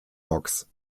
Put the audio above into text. dogs